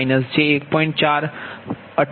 4286 છે